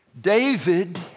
David